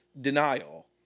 denial